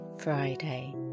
Friday